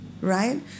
right